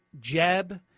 Jeb